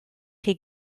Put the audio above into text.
chi